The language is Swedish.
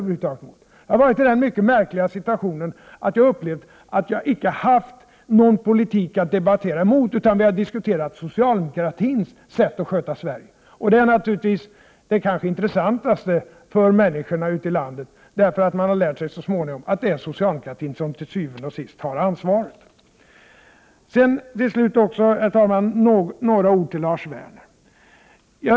Jag har varit i den mycket märkliga situationen att jag har upplevt att jag icke har haft någon politik att debattera emot. Vi har i stället diskuterat socialdemokratins sätt att sköta Sverige. Det är i och för sig kanske det intressantaste för människorna ute i landet, eftersom de så småningom har lärt sig att det är socialdemokraterna som til syvende og sidst har ansvaret. Till sist, herr talman, några ord till Lars Werner.